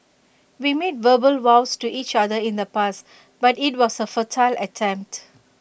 we made verbal vows to each other in the past but IT was A futile attempt